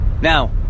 now